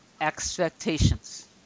expectations